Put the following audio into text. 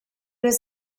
was